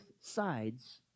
sides